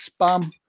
spam